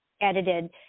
edited